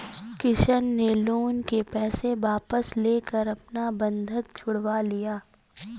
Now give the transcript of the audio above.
किशन ने लोन के पैसे वापस देकर अपना बंधक छुड़वा लिया